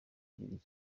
kugira